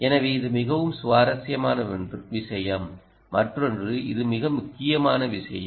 எனவே இது மிகவும் சுவாரஸ்யமான விஷயம் மற்றொன்று இது மிக முக்கியமான விஷயம்